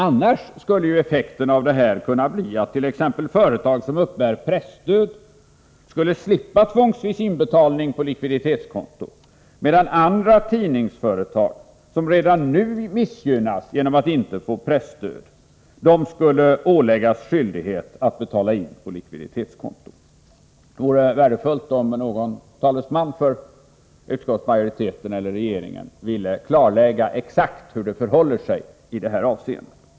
Annars skulle ju effekter .v det här kunna bli att t.ex. företag som uppbär presstöd skulle slippa ..ångsvis inbetalning på likviditetskonto medan andra tidningsföretag, som redan nu missgynnas genom att inte få presstöd, skulle åläggas skyldighet att betala in på likviditetskonto. Det vore värdefullt om någon talesman för utskottsmajoriteten eller regeringen ville klarlägga hur det förhåller sig i det här avseendet.